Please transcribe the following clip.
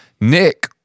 nick